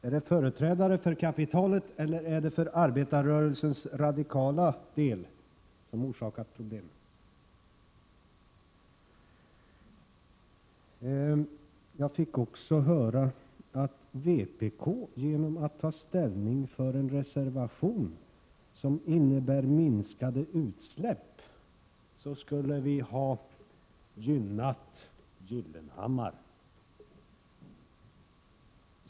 Är det företrädare för kapitalet eller för arbetarrörelsens radikala del som orsakat problemen? Jag fick också höra att vpk genom att ta ställning för en reservation som innebär minskade utsläpp skulle ha gynnat Gyllenhammar.